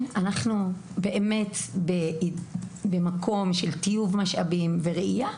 אנחנו נמצאים במקום של טיוב משאבים וראייה.